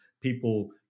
people